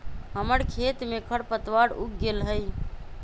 हमर खेत में खरपतवार उग गेल हई